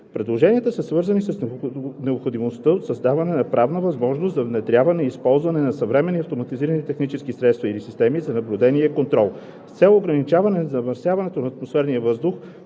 Предложенията са свързани с необходимостта от създаване на правна възможност за внедряване и използване на съвременни автоматизирани технически средства или системи за наблюдение и контрол с цел ограничаване замърсяването на атмосферния въздух